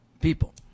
people